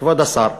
כבוד השר,